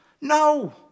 no